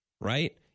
right